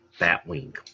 Batwing